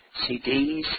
CDs